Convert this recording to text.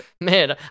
Man